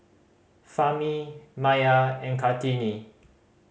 Fahmi Maya and Kartini